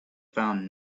found